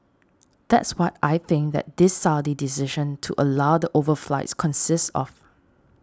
that's what I think that this Saudi decision to allow the overflights consists of